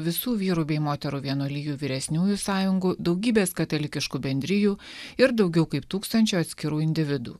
visų vyrų bei moterų vienuolijų vyresniųjų sąjungų daugybės katalikiškų bendrijų ir daugiau kaip tūkstančio atskirų individų